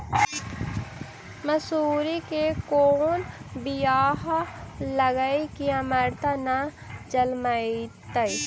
मसुरी के कोन बियाह लगइबै की अमरता न जलमतइ?